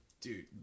dude